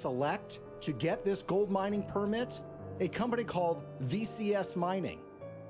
select to get this gold mining permits a company called v c s mining